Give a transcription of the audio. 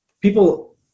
people